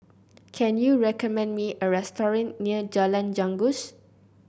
can you recommend me a restaurant near Jalan Janggus